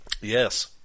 Yes